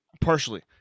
Partially